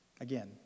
again